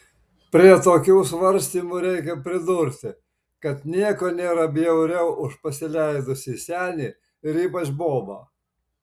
prie tokių svarstymų reikia pridurti kad nieko nėra bjauriau už pasileidusį senį ir ypač bobą